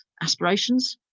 aspirations